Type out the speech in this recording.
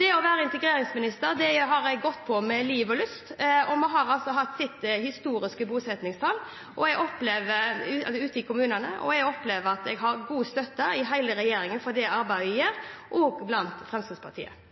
Det å være integreringsminister har jeg gått på med liv og lyst. Vi har sett historiske bosettingstall ute i kommunene, og jeg opplever at jeg har god støtte i hele regjeringen for det arbeidet jeg gjør, også i Fremskrittspartiet.